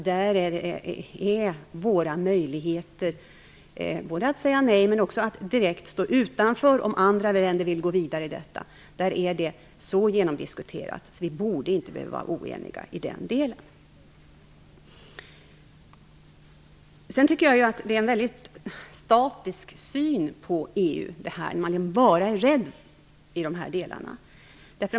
Där är våra möjligheter att både säga nej och direkt stå utanför om andra länder vill gå vidare i detta så genomdiskuterat att vi inte borde vara oeniga i den delen. Jag tycker att det visar på en väldigt statisk syn på EU när man bara är rädd i de här delarna.